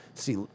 See